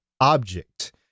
object